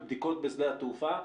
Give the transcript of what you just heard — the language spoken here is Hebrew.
בבדיקות בשדה התעופה?